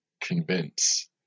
convince